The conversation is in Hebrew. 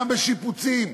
גם בשיפוצים.